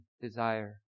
desire